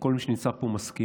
כל מי שנמצא פה מסכים,